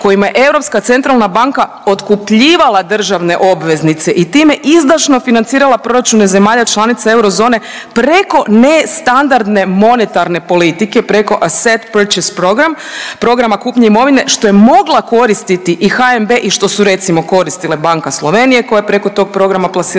kojima je ECB otkupljivala državne obveznice i time izdašno financirala proračune zemalja članica eurozone preko ne standardne monetarne politike, preko Asset purchase programme, Programa kupnje imovine što je mogla koristiti i HNB i što su recimo koristile banka Slovenije koja je preko tog programa plasirala